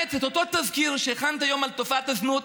לאמץ את אותו תזכיר שהכנת היום על תופעת הזנות,